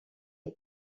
est